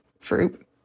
fruit